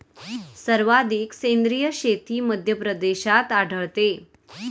सर्वाधिक सेंद्रिय शेती मध्यप्रदेशात आढळते